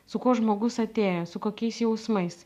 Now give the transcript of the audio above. su kuo žmogus atėjo su kokiais jausmais